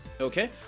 okay